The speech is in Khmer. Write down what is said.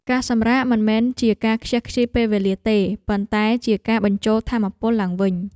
ការសម្រាកមិនមែនជាការខ្ជះខ្ជាយពេលវេលាទេ ប៉ុន្តែជាការបញ្ចូលថាមពលឡើងវិញ។